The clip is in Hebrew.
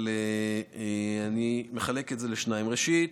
אבל אני מחלק את זה לשניים: ראשית,